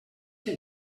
que